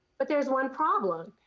but there's one problem,